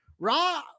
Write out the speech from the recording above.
Raw